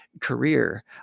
career